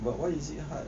but why is it